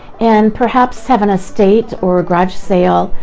and perhaps have an estate or a garage sale,